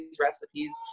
recipes